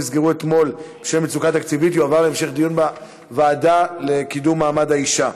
ההצעה להעביר את הנושא לוועדה לקידום מעמד האישה